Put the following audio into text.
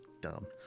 dumb